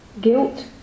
Guilt